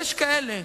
יש כאלה,